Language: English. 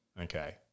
Okay